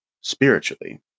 spiritually